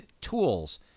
tools